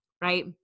Right